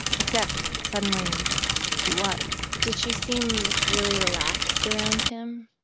except suddenly she was did she seem really relaxed around him?